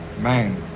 Man